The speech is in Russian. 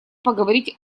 поговорить